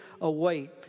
await